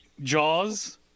Jaws